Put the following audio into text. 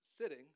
sitting